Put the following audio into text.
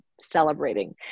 celebrating